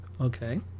okay